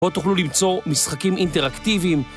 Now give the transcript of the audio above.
פה תוכלו למצוא משחקים אינטראקטיביים